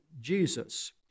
Jesus